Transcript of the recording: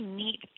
neat